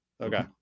okay